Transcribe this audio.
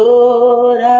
Lord